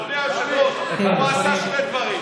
אני אגיד לך, אדוני היושב-ראש, הוא עשה שני דברים.